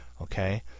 okay